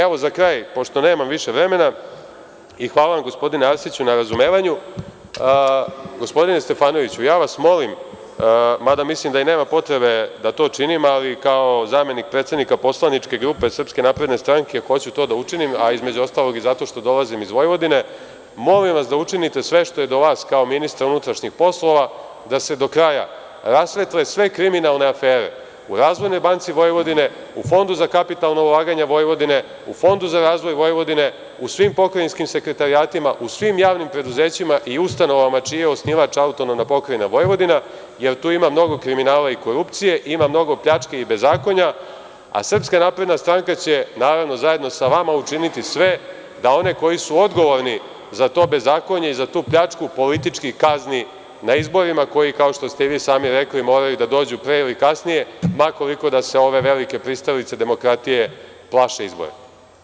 Evo, za kraj, pošto nemam više vremena, i hvala vam gospodine Arsiću na razumevanju, gospodine Stefanoviću, ja vas molim, mada mislim da nema potrebe da to činim, ali kao zamenik predsednika poslaničke grupe SNS hoću to da učinim, a između ostalog, zato što dolazim iz Vojvodine, molim vas da učinite sve što je do vas, kao ministra unutrašnjih poslova, da se do kraja rasvetle sve kriminalne afere u Razvojnoj banci Vojvodine, u Fondu za kapitalna ulaganja Vojvodine, u Fondu za razvoj Vojvodine, u svim pokrajinskim sekretarijatima, u svim javnim preduzećima i ustanovama čiji je osnivač AP Vojvodina, jer tu ima mnogo kriminala i korupcije, ima mnogo pljački i bezakonja, a SNS će, naravno, zajedno sa vama, učiniti sve da one koji su odgovorni za to bezakonje i za tu pljačku politički kazni na izborima koji, kao što ste vi sami rekli, moraju da dođu pre ili kasnije, ma koliko da se ove velike pristalice demokratije plaše izbora.